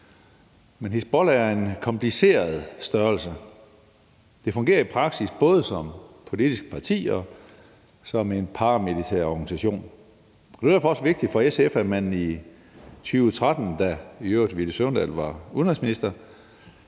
Men Hizbollah er en kompliceret størrelse. Den fungerer i praksis både som et politisk parti og som en paramilitær organisation. Selvfølgelig er det også vigtigt for SF, at man i 2013, i øvrigt da Villy Søvndal var udenrigsminister,